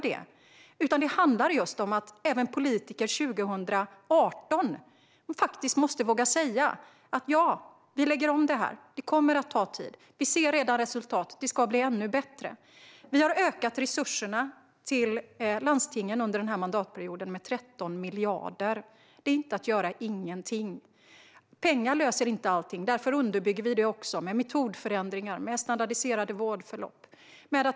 Det handlar om att även politiker 2018 måste våga säga: Vi lägger om det här, och det kommer att ta tid. Men vi ser redan resultat, och det ska bli ännu bättre. Vi har ökat resurserna till landstingen under mandatperioden med 13 miljarder. Det är inte att göra ingenting. Pengar löser inte allting, och därför underbygger vi detta med metodförändringar och med standardiserade vårdförlopp.